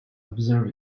observe